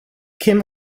kim